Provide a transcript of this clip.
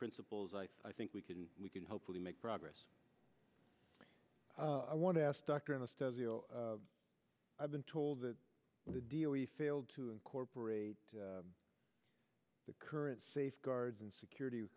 principles i think we can we can hopefully make progress i want to ask dr i've been told that the deal he failed to incorporate the current safeguards and security